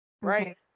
right